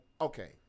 okay